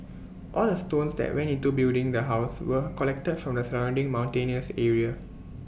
all the stones that went into building the house were collected from the surrounding mountainous area